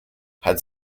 had